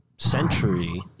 century